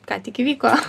ką tik įvyko